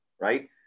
right